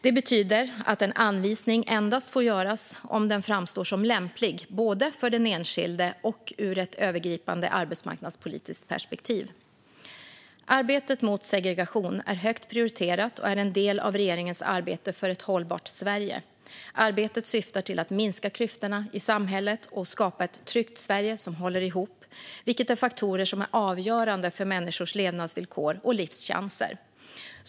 Det betyder att en anvisning endast får göras om den framstår som lämplig, både för den enskilde och ur ett övergripande arbetsmarknadspolitiskt perspektiv. Arbetet mot segregation är högt prioriterat och är en del av regeringens arbete för ett hållbart Sverige. Arbetet syftar till att minska klyftorna i samhället och skapa ett tryggt Sverige som håller ihop, vilket är faktorer som är avgörande för människors levnadsvillkor och livschanser.